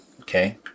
okay